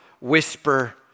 whisper